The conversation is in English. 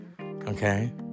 Okay